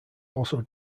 also